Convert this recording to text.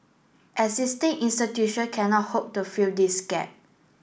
existing institution cannot hope to fill this gap